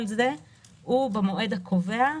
כל זה הוא במועד הקובע,